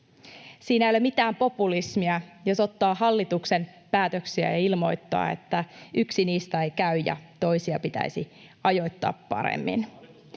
Siinä ei ole mitään populismia, jos ottaa hallituksen päätöksiä ja ilmoittaa, että yksi niistä ei käy ja toisia pitäisi ajoittaa paremmin.